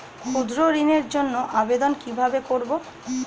ক্ষুদ্র ঋণের জন্য আবেদন কিভাবে করব?